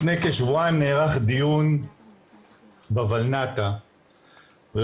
לפני כשבועיים נערך דיון בולנת"ע (ועדת המשנה לנושאים